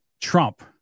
Trump